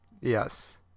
Yes